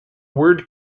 word